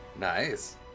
Nice